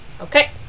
okay